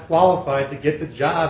qualified to get the job